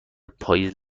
پاییز